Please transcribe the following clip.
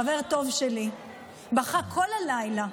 חבר טוב שלי בכה כל הלילה,